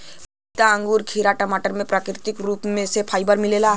पपीता अंगूर खीरा टमाटर में प्राकृतिक रूप से फाइबर मिलेला